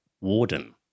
warden